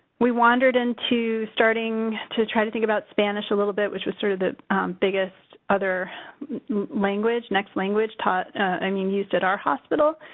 we wandered into starting to try to think about spanish a little bit, which was, sort of, the biggest other language, next language, taught i mean, used at our hospital.